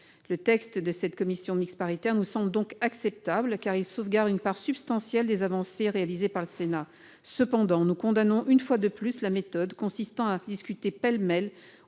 Le texte de cette commission mixte paritaire nous semble acceptable, car il sauvegarde une part substantielle des avancées réalisées par le Sénat. Cependant, nous condamnons une fois de plus la méthode consistant à discuter pêle-mêle